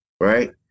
right